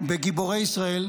בגיבורי ישראל,